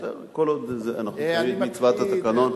בסדר, כל עוד אנחנו מקיימים את מצוות התקנון.